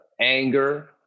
anger